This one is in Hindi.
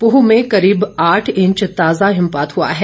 पूह में करीब आठ इंच ताजा हिमपात हुआ है